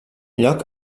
lloc